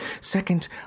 Second